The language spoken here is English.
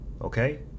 okay